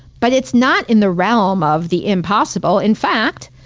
but it's not in the realm of the impossible. in fact,